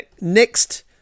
next